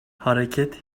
hareket